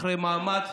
אחרי מאמץ.